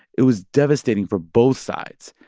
it was devastating for both sides.